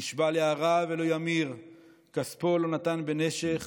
נשבע להרע ולא יממשה אבוטבול כספו לא נתן בנשך